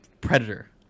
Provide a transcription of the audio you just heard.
Predator